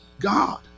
God